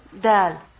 dal